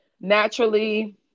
naturally